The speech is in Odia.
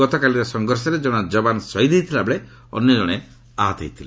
ଗତକାଲିର ସଂଘର୍ଷରେ ଜଣେ ଯବାନ ଶହୀଦ୍ ହୋଇଥିଲାବେଳେ ଅନ୍ୟ ଜଣେ ଆହତ ହୋଇଥିଲେ